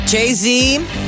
Jay-Z